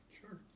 Sure